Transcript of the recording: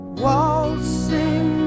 waltzing